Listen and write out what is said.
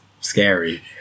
scary